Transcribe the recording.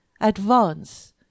Advance